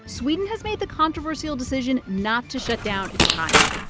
sweden has made the controversial decision not to shut down its economy.